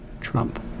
Trump